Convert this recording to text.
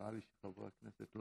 כולם